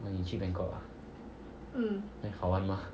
你去 bangkok 啊好玩吗